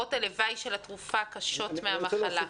ושתופעות הלוואי שלה קשות מהמחלה.